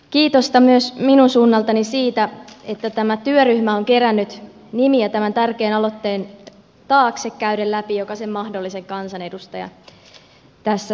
kiitosta myös minun suunnaltani siitä että tämä työryhmä on kerännyt nimiä tämän tärkeän aloitteen taakse käyden läpi jokaisen mahdollisen kansanedustajan tässä salissa